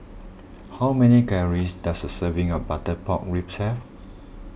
how many calories does a serving of Butter Pork Ribs have